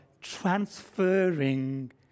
transferring